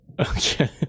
Okay